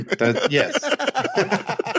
Yes